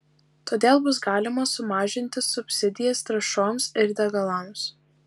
todėl bus galima sumažinti subsidijas trąšoms ir degalams